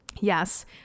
yes